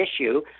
issue